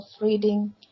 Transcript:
reading